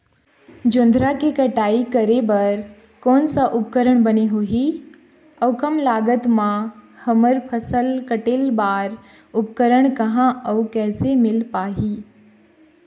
जोंधरा के कटाई करें बर कोन सा उपकरण बने होही अऊ कम लागत मा हमर फसल कटेल बार उपकरण कहा अउ कैसे मील पाही?